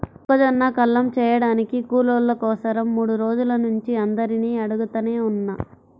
మొక్కజొన్న కల్లం చేయడానికి కూలోళ్ళ కోసరం మూడు రోజుల నుంచి అందరినీ అడుగుతనే ఉన్నా